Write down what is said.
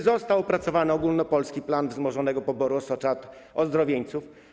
Czy został opracowany ogólnopolski plan wzmożonego poboru osocza od ozdrowieńców?